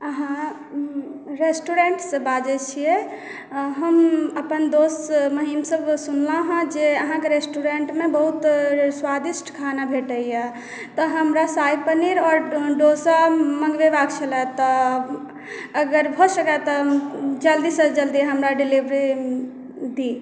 अहाँ रेस्टुरेंटसँ बाजैत छियै हम अपन दोस्त महिम सभके सुनलहुँ हेँ जे अहाँके रेस्टुरेंटमे बहुत स्वादिष्ट खाना भेटैए तऽ हमरा शाही पनीर आओर डोसा मँगबेबाक छलए तऽ अगर भऽ सकय तऽ जल्दीसँ जल्दी हमरा डिलीवरी दी